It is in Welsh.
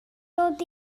dod